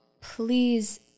please